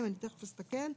קטן (א)